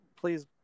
please